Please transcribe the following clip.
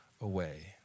away